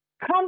Come